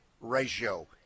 ratio